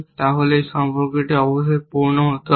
তাহলে এই সম্পর্কটি অবশ্যই পুরানো হতে হবে